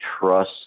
trust